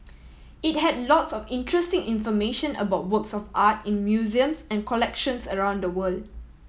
it had lots of interesting information about works of art in museums and collections around the world